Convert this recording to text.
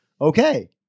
okay